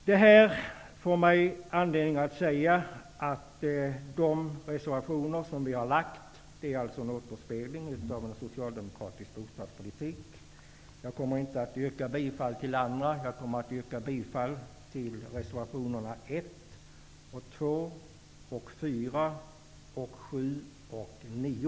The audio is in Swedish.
Det här ger mig anledning att säga att de reservationer som vi har lagt är en återspegling av socialdemokratisk bostadspolitik. Jag kommer inte att yrka bifall till alla, utan jag yrkar bifall till reservationerna 1, 2, 4, 7 och 9.